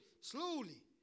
slowly